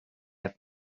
have